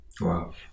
Wow